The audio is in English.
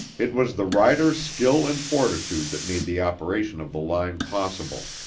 it was the riders' skill and fortitude that made the operation of the line possible.